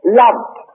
loved